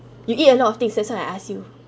you eat a lot of things that's why I ask you